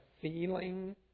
feeling